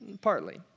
partly